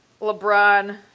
LeBron